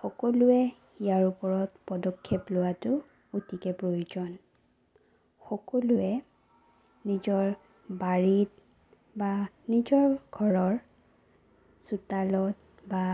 সকলোৱে ইয়াৰ ওপৰত পদক্ষেপ লোৱাটো অতিকৈ প্ৰয়োজন সকলোৱে নিজৰ বাৰীত বা নিজৰ ঘৰৰ চোতালত বা